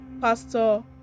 pastor